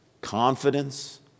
confidence